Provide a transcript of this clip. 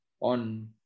on